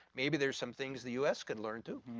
maybe there is somethings the us can learn too.